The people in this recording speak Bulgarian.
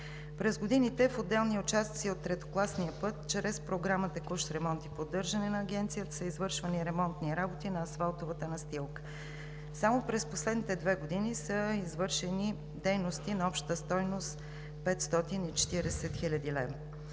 През годините в отделни участъци от третокласния път чрез Програма „Текущ ремонт и поддържане“ на Агенцията са извършвани ремонтни работи на асфалтовата настилка. Само през последните две години са извършени дейности на обща стойност 540 хил. лв.